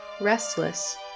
restless